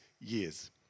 years